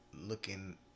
Looking